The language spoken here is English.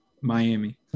Miami